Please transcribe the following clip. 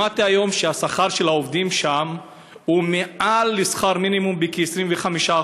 שמעתי היום שהשכר של העובדים שם הוא מעל לשכר מינימום בכ-25%.